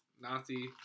Nazi